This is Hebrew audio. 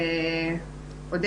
נגד אביעד,